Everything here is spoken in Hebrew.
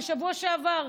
בשבוע שעבר.